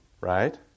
right